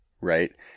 right